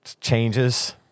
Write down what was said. changes